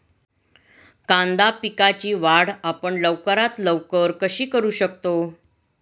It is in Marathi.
कांदा पिकाची वाढ आपण लवकरात लवकर कशी करू शकतो?